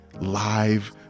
live